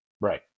Right